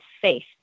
faith